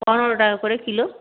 পনেরো টাকা করে কিলো